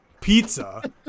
pizza